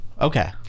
okay